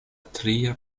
tria